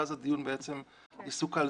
ואז הדיון בעצם מסוכל.